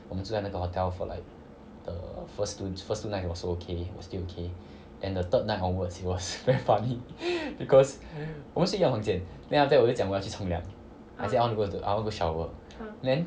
我们住在那个 hotel for like err first two the first few nights was okay still okay then the third night onwards it was very funny because 我们睡一样房间 then after that 我就讲我要去冲凉 I say I want to go I want to shower then